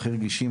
הכי רגישים,